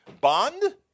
bond